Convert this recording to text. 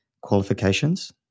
qualifications